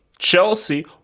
Chelsea